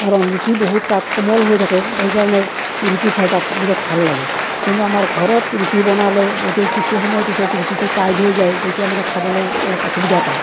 কাৰণ ৰুটি বহুত তাত কোমল হৈ থাকে সেই কাৰণে ৰুটি খাই তাত বিৰাট ভাল লাগে কিন্তু আমাৰ ঘৰত ৰুটি বনালে হয়তু কিছু সময় পিছত ৰুটিটো টাইট হৈ যায় তেতিয়া মানে খাবলৈ অলপ অসুবিধা পায়